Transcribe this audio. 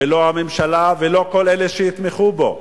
ולא את הממשלה ולא את כל אלה שיתמכו בו,